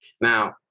now